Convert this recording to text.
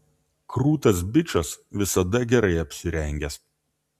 krūtas bičas visada gerai apsirengęs